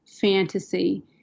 Fantasy